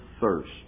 thirst